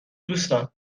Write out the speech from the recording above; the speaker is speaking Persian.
دوستان